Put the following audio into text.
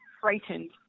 frightened